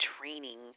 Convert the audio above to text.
training